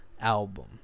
album